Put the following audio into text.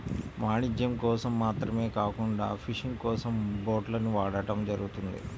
వాణిజ్యం కోసం మాత్రమే కాకుండా ఫిషింగ్ కోసం బోట్లను వాడటం జరుగుతుంది